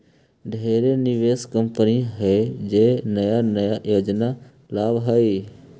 ढेरे निवेश कंपनी हइ जे नया नया योजना लावऽ हइ